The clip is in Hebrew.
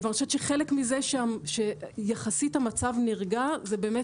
אני חושבת שחלק מזה שהמצב יחסית נרגע זה באמת